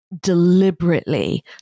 deliberately